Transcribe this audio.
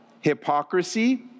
hypocrisy